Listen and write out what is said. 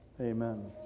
Amen